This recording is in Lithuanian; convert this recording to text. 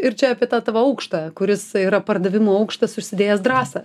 ir čia apie tą tavo aukštą kuris yra pardavimo aukštas užsidėjęs drąsą